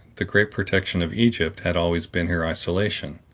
the great protection of egypt had always been her isolation.